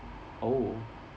oh